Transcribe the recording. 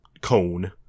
cone